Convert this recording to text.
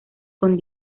con